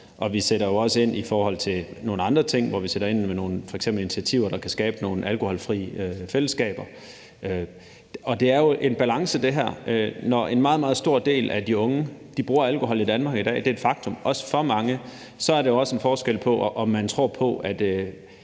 og vi sætter også ind i forhold til nogle andre ting, f.eks. med nogle initiativer, der kan skabe nogle alkoholfri fællesskaber. Det her er jo en balance. Når en meget, meget stor del af de unge forbruger alkohol – også for mange – i Danmark i dag, og det er et faktum, så er der jo forskel på, om man tror på